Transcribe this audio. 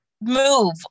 move